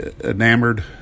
enamored